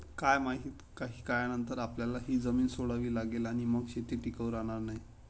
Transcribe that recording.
काय माहित, काही काळानंतर आपल्याला ही जमीन सोडावी लागेल आणि मग शेती टिकाऊ राहणार नाही